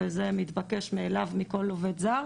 וזה מתבקש מאליו מכל עובד זר,